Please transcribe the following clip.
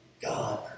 God